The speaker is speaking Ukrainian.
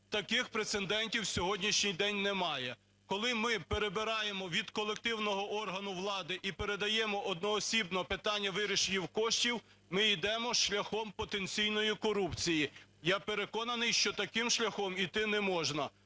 таких прецедентів на сьогоднішній день немає. Коли ми перебираємо від колективного органу влади і передаємо одноосібно питання вирішення коштів, ми йдемо шляхом потенційної корупції. Я переконаний, що таким шляхом йти не можна.